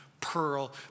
pearl